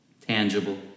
tangible